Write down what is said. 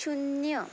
शुन्य